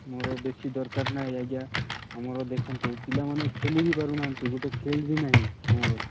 ମୋର ବେଶୀ ଦରକାର ନାଇଁ ଆଜ୍ଞା ଆମର ଦେଖନ୍ତୁ ପିଲାମାନେ ଖେଲି ବି ପାରୁ ନାହାନ୍ତି ଗୋଟେ ଫିଲ୍ଡ ବି ନାଇଁ ଆମର